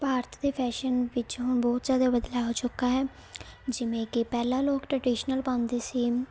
ਭਾਰਤ ਦੇ ਫੈਸ਼ਨ ਵਿੱਚ ਹੁਣ ਬਹੁਤ ਜ਼ਿਆਦਾ ਬਦਲਾਅ ਹੋ ਚੁੱਕਾ ਹੈ ਜਿਵੇਂ ਕਿ ਪਹਿਲਾਂ ਲੋਕ ਟਰੈਡੀਸ਼ਨਲ ਪਾਉਂਦੇ ਸੀ